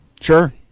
Sure